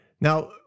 Now